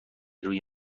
روی